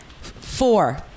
four